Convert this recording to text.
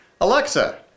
Alexa